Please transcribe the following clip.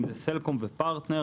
אם זה סלקום ופרטנר,